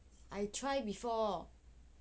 I try before